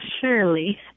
surely